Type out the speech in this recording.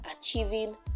achieving